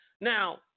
Now